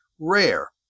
rare